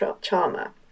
charmer